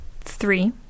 three